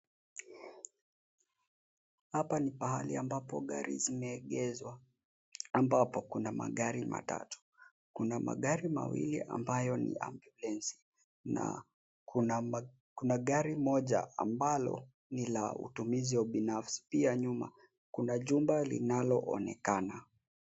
Hapa ni pahali ambapo gari zimeegezwa, ambapo kuna magari matatu. Kuna magari mawili ambayo ni ambulensi na kuna gari moja ambalo ni la utumizi wa binafsi pia nyuma kuna jumba linaloonekana.